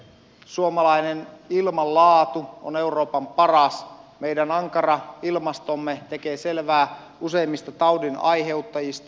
suomalainen ilmanlaatu on euroopan paras meidän ankara ilmastomme tekee selvää useimmista taudinaiheuttajista